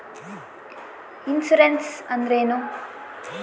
Insurance ಅಂದ್ರೇನು?